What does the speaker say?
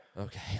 Okay